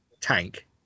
tank